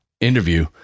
interview